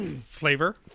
Flavor